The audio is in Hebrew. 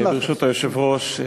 ברשות היושב-ראש,